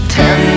ten